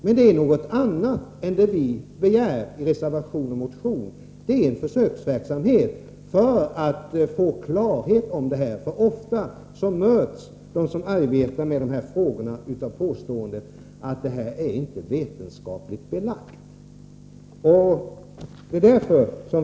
Men det är något annat än det vi begär i motionen och i reservationen. Vi begär en försöksverksamhet för att få klarhet i fråga om värdet av alternativa metoder. Ofta möts de som arbetar med sådana saker av påståendet att värdet av behandlingen inte är vetenskapligt belagt.